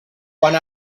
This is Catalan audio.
quant